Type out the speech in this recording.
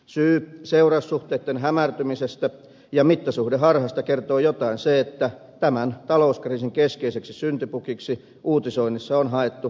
syyseuraus suhteitten hämärtymisestä ja mittasuhdeharhasta kertoo jotain se että tämän talouskriisin keskeiseksi syntipukiksi uutisoinnissa on haettu kreikkalainen metsuri